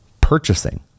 purchasing